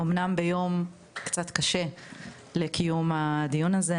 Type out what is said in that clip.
אמנם ביום קצת קשה לקיום הדיון הזה,